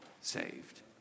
saved